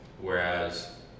Whereas